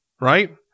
Right